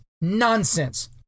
Nonsense